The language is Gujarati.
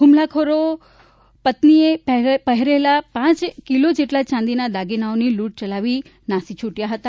હુમલાખોરો પત્નીએ પહેરેલા આશરે બે કિલોના ચાંદીના દાગીનાની લૂંટ ચલાવી નાસી છૂટ્યા હતા